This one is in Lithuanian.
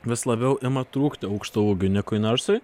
vis labiau ima trūkti aukštaūgių nikui narsui